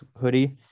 hoodie